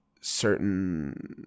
certain